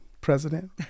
President